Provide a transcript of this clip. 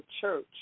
church